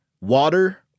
water